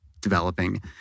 developing